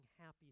happy